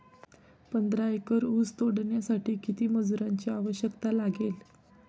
पंधरा एकर ऊस तोडण्यासाठी किती मजुरांची आवश्यकता लागेल?